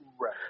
Right